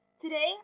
Today